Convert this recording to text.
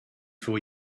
for